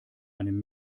einem